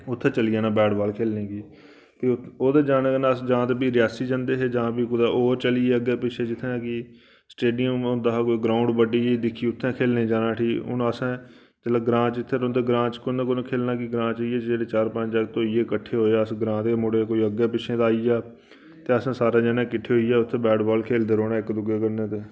उत्थै चली जाना बैट बाल खेढने गी भी ओह्दे जाने कन्नै अस जां ते भी रियासी जंदे हे जां भी जां कुदै होर चली ए अग्गें पिच्छें जित्थै गी स्टेडियम होंदा हा कोई ग्राउंड बड्डी जेही दिक्खी उत्थै खेढने लेई जाना उट्ठी हून असें जेल्लै ग्रांऽ च जित्थै रौंह्दे ग्रांऽ कु'न्नै कु'न्नै खेढना की ग्रांऽ च इ'यै जेह्ड़े चार पं'ञ जागत होई गे किट्ठे होए अस ग्रांऽ दे गै मुड़े कोई अग्गें पिच्छें दा आई आ ते असें सारे जनें किट्ठै होइयै उत्थै बैट बाल खेढदे रौंह्ना इक दूए कन्नै